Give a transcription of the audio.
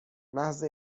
محض